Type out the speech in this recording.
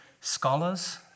scholars